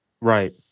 Right